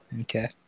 Okay